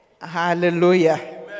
Hallelujah